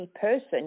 person